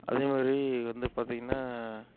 அதேமாதிரி வந்து பார்த்திங்கனா